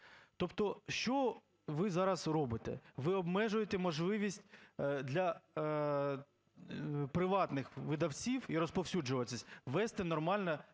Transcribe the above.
Тобто що ви зараз робите? Ви обмежуєте можливість для приватних видавців і розповсюджувачів вести нормально